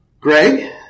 Greg